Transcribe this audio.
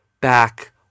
back